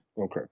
Okay